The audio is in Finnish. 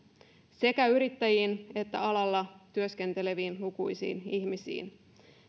sekä yrittäjiin että alalla työskenteleviin lukuisiin ihmisiin